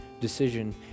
decision